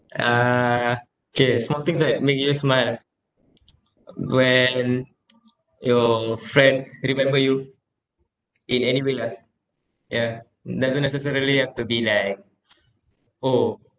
uh K small things that make you smile when your friends remember you in anyway lah ya doesn't necessarily have to be like orh